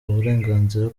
burenganzira